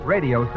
Radio